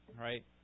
right